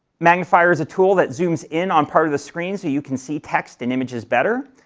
magnifier is a tool that zooms in on part of the screen, so you can see text and images better,